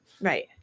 Right